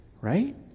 right